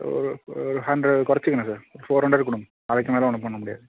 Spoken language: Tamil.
ஒரு ஒரு ஒரு ஹண்ட்ரேட் குறச்சிக்கலாம் சார் ஃபோர் ஹண்ட்ரேட் கொடுங்க அதுக்கு மேலே ஒன்றும் பண்ண முடியாது